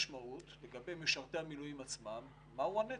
משמעות לגבי משרתי המילואים עצמם מהו הנטל.